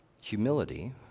Humility